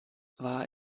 war